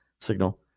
signal